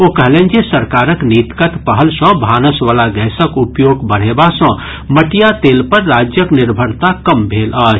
ओ कहलनि जे सरकारक नीतिगत पहल सँ भानस वला गैसक उपयोग बढ़ेवा सँ मटिया तेल पर राज्यक निर्भरता कम भेल अछि